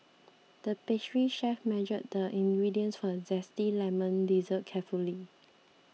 the pastry chef measured the ingredients for a Zesty Lemon Dessert carefully